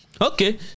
Okay